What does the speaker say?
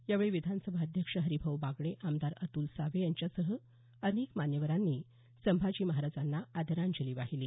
यावेळी विधानसभा अध्यक्ष हरिभाऊ बागडे आमदार अतुल सावे यांच्यासह अनेक मान्यवरांनी संभाजी महाराजांना आदरांजली वाहिली